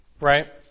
right